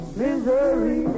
misery